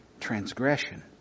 transgression